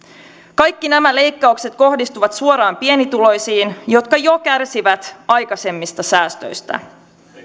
kaikki nämä leikkaukset kohdistuvat suoraan pienituloisiin jotka kärsivät jo aikaisemmista säästöistä